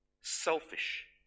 selfish